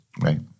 Right